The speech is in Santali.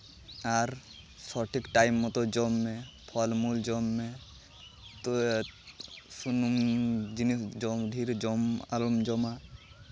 ᱟᱨ ᱥᱚᱴᱷᱤᱠ ᱴᱟᱭᱤᱢ ᱢᱚᱛᱳ ᱡᱚᱢ ᱢᱮ ᱯᱷᱚᱞ ᱢᱩᱞ ᱡᱚᱢ ᱢᱮ ᱛᱚ ᱥᱩᱱᱩᱢ ᱡᱤᱱᱤᱥ ᱡᱚᱢ ᱰᱷᱮᱨ ᱡᱚᱢ ᱟᱞᱚᱢ ᱡᱚᱢᱟ